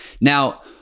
Now